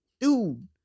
Dude